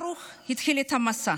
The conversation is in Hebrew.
ברוך התחיל את המסע,